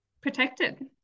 protected